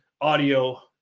audio